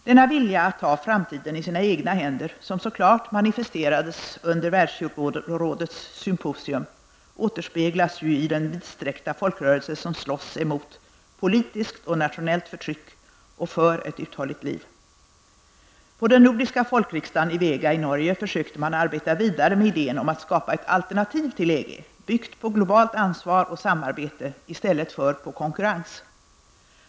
Denna vilja att ta framtiden i sina egna händer, som så klart manifesterades under Världskyrkorådets symposium, återspeglas ju i den vidsträckta folkrörelse som slåss emot politiskt och nationellt förtryck och för ett uthålligt liv. På den nordiska folkriksdagen i Vega i Norge försökte man arbeta vidare med idén om att skapa ett alternativ till EG, byggt på globalt ansvar och samarbete i stället för på konkurrens.